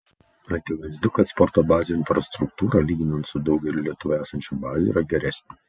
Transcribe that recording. akivaizdu kad sporto bazių infrastruktūra lyginant su daugeliu lietuvoje esančių bazių yra geresnė